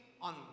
on